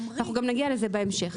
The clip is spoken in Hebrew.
גם נגיע לזה בהמשך.